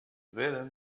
villain